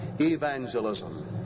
evangelism